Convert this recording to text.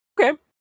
Okay